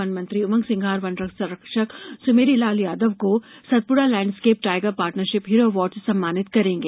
one मंत्री उमंग सिधार वन रक्षक सुमेरीलाल यादव को Satpura landscape tiger partnership hero award से सम्मानित करेंगे